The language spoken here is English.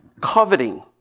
coveting